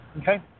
okay